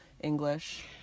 English